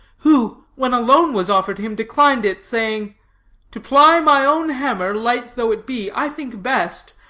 who, when a loan was offered him, declined it, saying to ply my own hammer, light though it be, i think best,